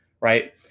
right